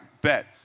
bet